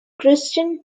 christian